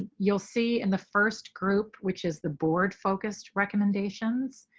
ah you'll see in the first group which is the board focused recommendations.